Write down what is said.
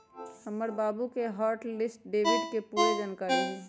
हमर बाबु के हॉट लिस्ट डेबिट के पूरे जनकारी हइ